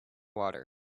water